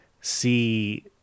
see